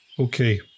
Okay